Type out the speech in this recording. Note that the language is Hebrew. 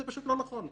זה פשוט לא נכון.